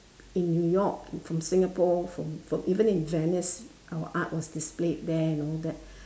in New York from singapore from from even in Venice our art was displayed there and all that